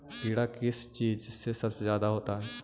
कीड़ा किस चीज से सबसे ज्यादा होता है?